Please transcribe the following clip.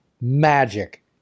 magic